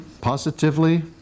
positively